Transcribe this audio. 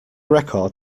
record